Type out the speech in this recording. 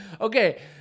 Okay